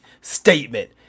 Statement